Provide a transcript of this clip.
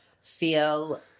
feel